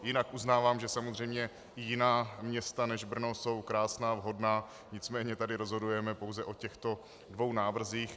Jinak uznávám, že samozřejmě i jiná města než Brno jsou krásná, vhodná, nicméně tady rozhodujeme pouze o těchto dvou návrzích.